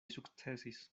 sukcesis